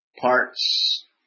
parts